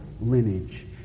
lineage